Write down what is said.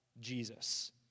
Jesus